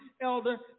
Elder